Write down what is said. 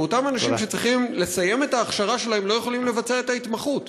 כי אותם אנשים שצריכים לסיים את ההכשרה שלהם לא יכולים לבצע את ההתמחות.